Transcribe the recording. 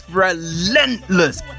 relentless